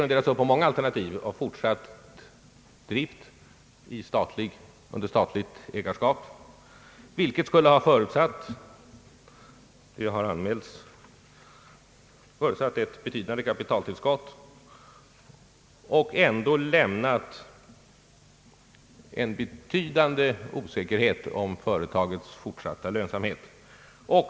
Det ena hade varit fortsatt drift under statligt ägarskap, vilket skulle ha förutsatt rätt betydande kapitaltillskott och ändå lämnat en betydande osäkerhet om företagets fortsatta lönsamhet.